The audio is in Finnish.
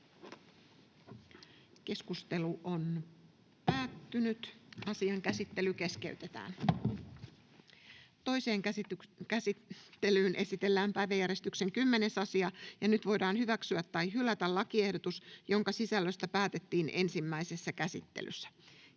sekä siihen liittyviksi laeiksi Time: N/A Content: Toiseen käsittelyyn esitellään päiväjärjestyksen 9. asia. Nyt voidaan hyväksyä tai hylätä lakiehdotukset, joiden sisällöstä päätettiin ensimmäisessä käsittelyssä.